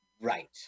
Right